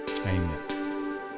Amen